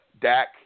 Dak